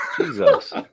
Jesus